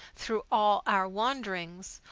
through all our wanderings,